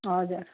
हजुर